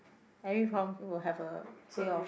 every problem will have a way of